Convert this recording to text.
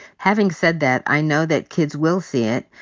having said that, i know that kids will see it,